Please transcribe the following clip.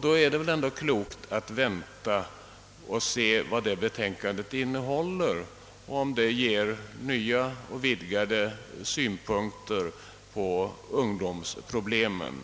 Då är det väl ändå klokt att vänta och se vad det innehåller och om det ger nya och vidgade synpunkter på ungdomsproblemen.